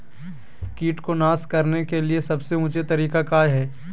किट को नास करने के लिए सबसे ऊंचे तरीका काया है?